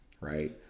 right